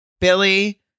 Billy